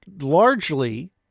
largely